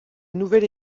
nouvelle